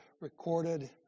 recorded